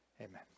Amen